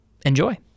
Enjoy